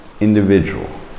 individual